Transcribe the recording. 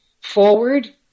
forward